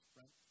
right